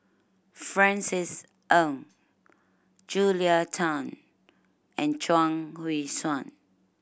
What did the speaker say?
Francis Ng Julia Tan and Chuang Hui Tsuan